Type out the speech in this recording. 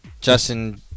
Justin